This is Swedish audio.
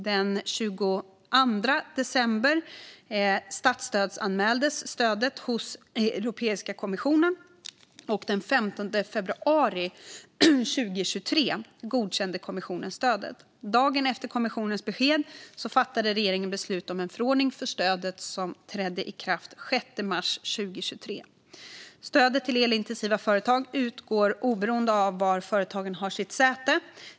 Den 22 december 2022 statsstödsanmäldes stödet hos Europeiska kommissionen, och den 15 februari 2023 godkände kommissionen stödet. Dagen efter kommissionens besked fattade regeringen beslut om en förordning för stödet som trädde i kraft den 6 mars 2023. Stödet till elintensiva företag utgår oberoende av var företaget har sitt säte.